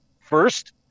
first